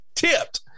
tipped